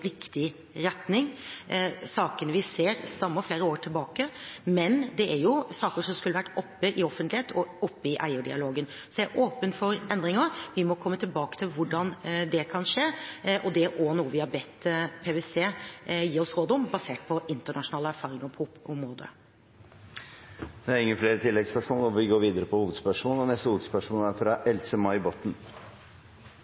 riktig retning. Sakene vi ser, stammer fra flere år tilbake, men det er jo saker som skulle vært oppe i offentligheten og oppe i eierdialogen. Så jeg er åpen for endringer. Vi må komme tilbake til hvordan det kan skje, og det er også noe vi har bedt PwC gi oss råd om, basert på internasjonale erfaringer på området. Vi går videre til neste hovedspørsmål. Mitt spørsmål går til næringsministeren. Norsk økonomi er i en krevende situasjon, og